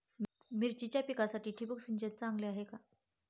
मिरचीच्या पिकासाठी ठिबक सिंचन चांगले आहे का?